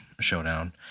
showdown